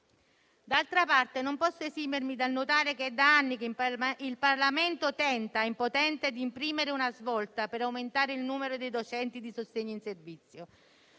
D'altra parte, non posso esimermi dal notare che da anni il Parlamento tenta, impotente, di imprimere una svolta per aumentare il numero dei docenti di sostegno in servizio.